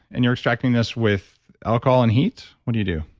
and you're extracting this with alcohol and heat? what do you do?